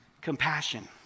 Compassion